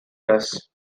press